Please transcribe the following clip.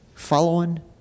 Following